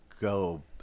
go